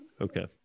Okay